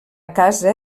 casa